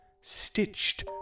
stitched